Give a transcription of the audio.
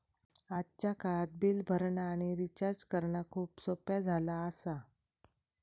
आजच्या काळात बिल भरणा आणि रिचार्ज करणा खूप सोप्प्या झाला आसा